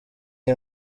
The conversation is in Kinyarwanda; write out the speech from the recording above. iyi